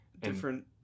different